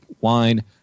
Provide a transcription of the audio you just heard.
wine